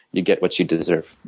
you get what you deserve.